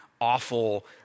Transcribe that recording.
awful